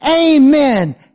Amen